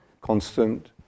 constant